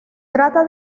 trata